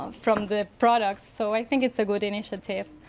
um from the products. so i think it's a good initiative.